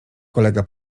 kolega